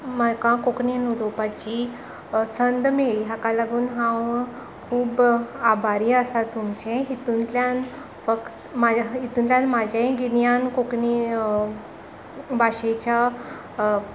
म्हाका कोंकणी उलोवपाची जी संद मेळ्ळी हाका लागून हांव खूब आभारी आसा तुमचें हितूंतल्यान फकत हितूंतल्यान म्हाजेंय गिन्यान कोंकणी भाशेच्या